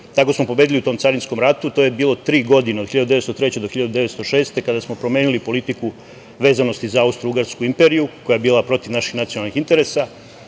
Tako smo pobedili u tom Carinskom ratu. To je bilo tri godine, od 1903. do 1906. godine, kada smo promenili politiku vezanosti za Austrougarsku imperiju koja je bila protiv naših nacionalnih interesa,